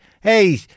Hey